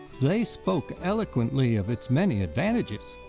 they spoke eloquently of its many advantages,